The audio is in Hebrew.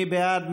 מי בעד?